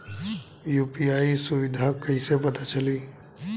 UPI सुबिधा कइसे पता चली?